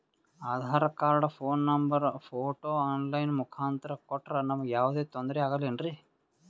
Aadhaar card, phone number, photo online ಮುಖಾಂತ್ರ ಕೊಟ್ರ ನಮಗೆ ಯಾವುದೇ ತೊಂದ್ರೆ ಆಗಲೇನ್ರಿ?